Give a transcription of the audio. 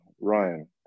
Ryan